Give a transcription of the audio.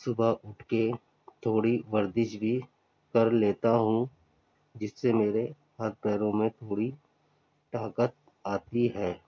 صبح اٹھ کے تھوڑی ورزش بھی کر لیتا ہوں جس سے میرے ہاتھ پیروں میں تھوڑی طاقت آتی ہے